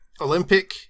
Olympic